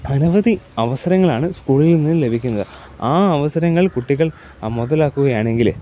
അനവധി അവസരങ്ങളാണ് സ്കൂളിൽ നിന്ന് ലഭിക്കുന്നത് ആ അവസരങ്ങൾ കുട്ടികൾ മുതലാക്കുകയാണെങ്കിൽ